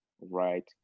right